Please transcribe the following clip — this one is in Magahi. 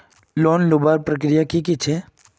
लोन लुबार प्रक्रिया की की छे?